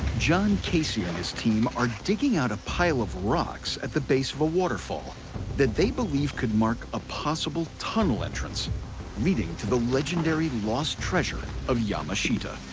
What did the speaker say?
john casey and his team are digging out a pile of rocks at the base of a waterfall that they believe could mark a possible tunnel entrance leading to the legendary lost treasure of yamashita.